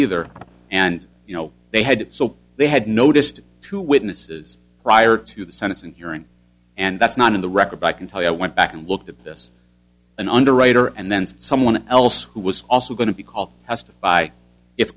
either and you know they had it so they had noticed two witnesses prior to the sentencing hearing and that's not in the record but i can tell you i went back and looked at this an underwriter and then someone else who was also going to be called testify if